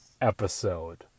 episode